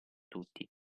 tutti